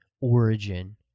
origin